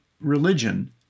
religion